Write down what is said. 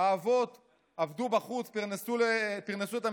והאבות עבדו בחוץ ופרנסו את המשפחה.